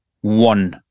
one